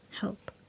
Help